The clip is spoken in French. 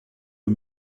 aux